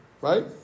right